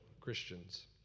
christians